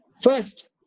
First